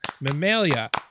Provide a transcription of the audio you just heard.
Mammalia